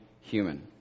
human